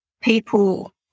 people